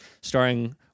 starring